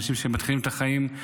אנשים שמתחילים את החיים,